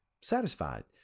satisfied